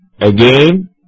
again